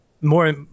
more